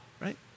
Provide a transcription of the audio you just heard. right